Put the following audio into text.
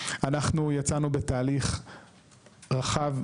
אנחנו יצאנו בתהליך רחב,